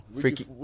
freaky